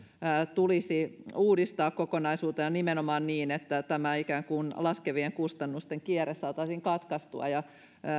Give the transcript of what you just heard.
tulisi uudistaa kokonaisuutena ja nimenomaan niin että tämä ikään kuin laskevien kustannusten kierre saataisiin katkaistua